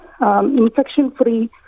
infection-free